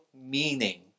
meaning